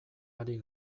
ari